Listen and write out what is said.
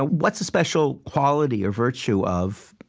ah what's a special quality or virtue of,